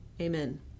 Amen